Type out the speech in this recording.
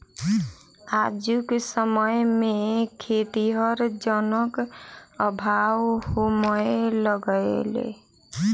आजुक समय मे खेतीहर जनक अभाव होमय लगलै